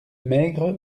maigre